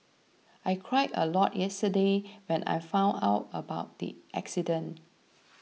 I cried a lot yesterday when I found out about the accident